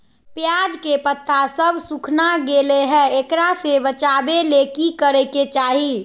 प्याज के पत्ता सब सुखना गेलै हैं, एकरा से बचाबे ले की करेके चाही?